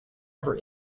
never